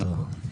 נכון.